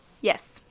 Yes